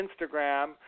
Instagram